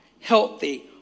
healthy